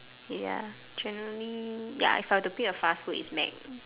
ya generally ya if I were to pick a fast food it's Mac